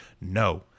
no